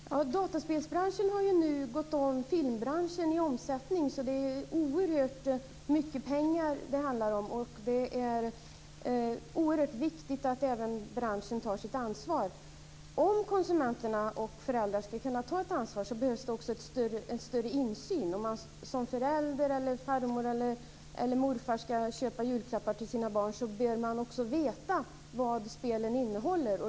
Fru talman! Dataspelsbranschen har ju nu gått om filmbranschen i omsättning. Det handlar alltså om oerhört mycket pengar, och det är oerhört viktigt att även branschen tar sitt ansvar. För att konsumenter och föräldrar ska kunna ta ett ansvar behövs det också en större insyn. När man som förälder, farmor eller morfar ska köpa julklappar till barnen bör man också veta vad spelen innehåller.